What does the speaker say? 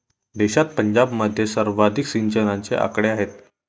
देशात पंजाबमध्ये सर्वाधिक सिंचनाचे आकडे आहेत